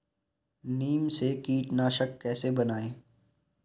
नीम से कीटनाशक कैसे बनाएं?